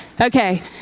Okay